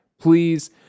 please